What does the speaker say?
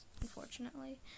unfortunately